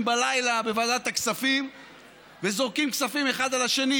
בלילה בוועדת הכספים וזורקים כספים אחד על השני,